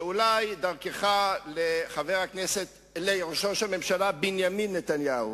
שאולי, דרכך לראש הממשלה בנימין נתניהו,